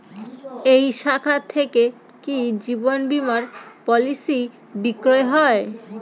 এই শাখা থেকে কি জীবন বীমার পলিসি বিক্রয় হয়?